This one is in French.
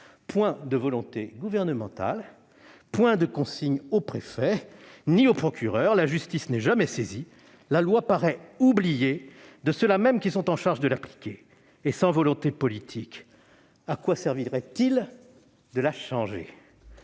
point de volonté gouvernementale, point de consignes aux préfets ni aux procureurs. La justice n'est jamais saisie. La loi paraît oubliée de ceux-là mêmes qui sont en charge de l'appliquer : sans volonté politique, à quoi servirait-il de la changer ?